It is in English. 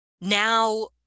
now